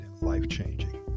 life-changing